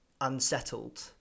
unsettled